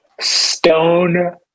Stone